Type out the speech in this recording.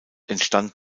entstand